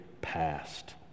past